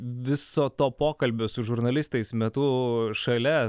viso to pokalbio su žurnalistais metu šalia